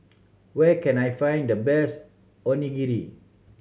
where can I find the best Onigiri